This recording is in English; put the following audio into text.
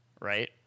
right